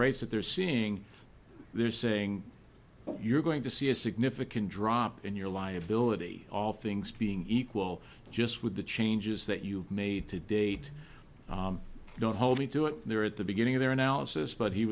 rates that they're seeing they're saying you're going to see a significant drop in your liability all things being equal just with the changes that you've made to date don't hold me to it there at the beginning of their analysis but he